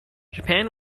japan